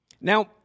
Now